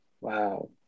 Wow